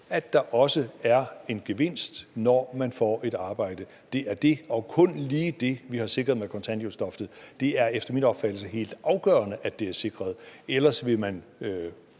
at der også er en gevinst, når man får et arbejde. Det er det, og kun lige det, vi har sikret med kontanthjælpsloftet. Det er efter min opfattelse helt afgørende, at det er sikret. Ellers ville man